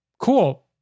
cool